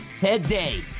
Today